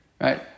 right